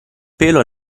pelo